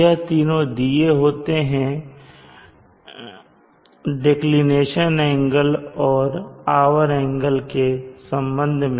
यह तीनों दिए होते हैं डेकलिनेशन एंगल और आवर एंगल के संबंध में